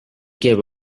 care